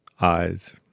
eyes